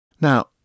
Now